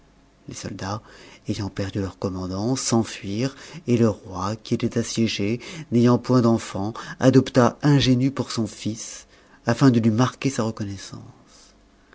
les soldats ayant perdu leur commandant s'enfuirent et le roi qui était assiégé n'ayant point d'enfants adopta ingénu pour son fils afin de lui marquer sa reconnaissance